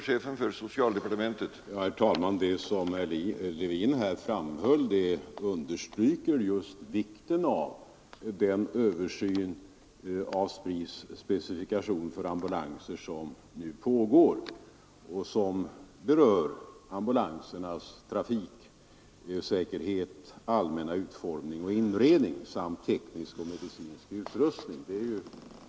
Herr talman! Det som herr Levin framhöll understryker vikten av den översyn av SPRI:s specifikation för ambulanser, som nu pågår och som berör ambulansernas trafiksäkerhet, allmänna utformning och inredning samt tekniska och medicinska utrustning.